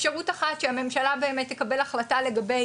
אפשרות אחת שהממשלה באמת תקבל החלטה לגבי